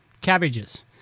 cabbages